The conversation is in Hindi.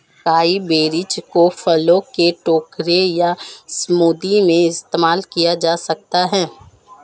अकाई बेरीज को फलों के कटोरे या स्मूदी में इस्तेमाल किया जा सकता है